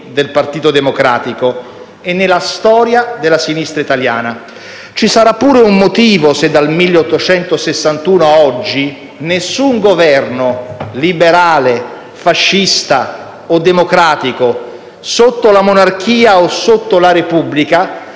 del Partito Democratico e nella storia della sinistra italiana. Ci sarà pure un motivo se dal 1861 a oggi nessun Governo - liberale, fascista, o democratico - sotto la monarchia o sotto la Repubblica